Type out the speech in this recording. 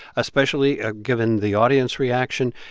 especially ah given the audience reaction.